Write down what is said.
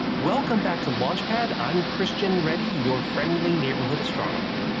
welcome back to launch pad, i'm christian ready, your friendly neighborhood astronomer.